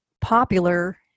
popular